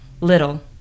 little